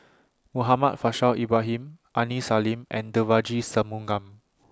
Muhammad Faishal Ibrahim Aini Salim and Devagi Sanmugam